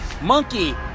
Monkey